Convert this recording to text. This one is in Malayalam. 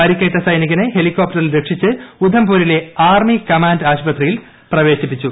പരിക്കേറ്റ സൈനികനെ ഹെലികോപ്റ്ററിൽ രക്ഷിച്ച് ഉധംപൂരിലെ ആർമി കമാൻഡ് ആശുപത്രിയിൽ പ്രവേശിപ്പിച്ചു